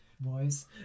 boys